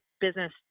business